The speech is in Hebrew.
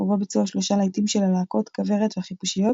ובו ביצעו השלושה להיטים של הלהקות כוורת והחיפושיות